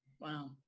wow